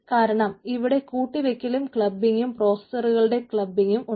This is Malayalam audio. കാരണം ഇവിടെ കൂട്ടിവയ്ക്കലും ക്ലബിങ്ങും പ്രോസ്സസറുകളുടെ ക്ലബിങ്ങും ഉണ്ട്